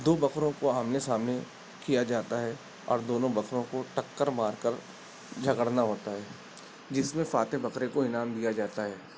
دو بکروں کو آمنے سامنے کیا جاتا ہے اور دونوں بکروں کو ٹکر مار کر جھگڑنا ہوتا ہے جس میں فاتح بکرے کو انعام دیا جاتا ہے